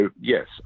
yes